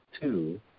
two